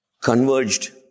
converged